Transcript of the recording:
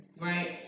right